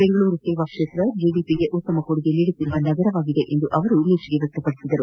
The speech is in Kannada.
ಬೆಂಗಳೂರು ಸೇವಾ ಕ್ಷೇತ್ರ ಜಿಡಿಪಿಗೆ ಉತ್ತಮ ಕೊಡುಗೆ ನೀಡುತ್ತಿರುವ ನಗರವಾಗಿದೆ ಎಂದು ಮೆಚ್ಚುಗೆ ವ್ಯಕ್ತಪಡಿಸಿದರು